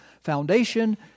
foundation